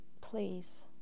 please